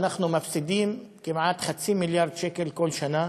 אנחנו מפסידים כמעט חצי מיליארד שקל כל שנה